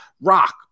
Rock